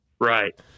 Right